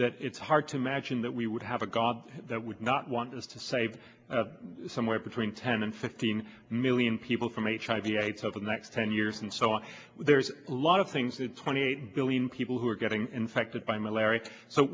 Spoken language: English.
that it's hard to imagine that we would have a god that would not want us to save somewhere between ten and fifteen million people from h i v s over the next ten years and so on there's a lot of things the twenty eight billion people who are getting infected by malaria so